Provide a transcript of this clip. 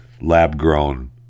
lab-grown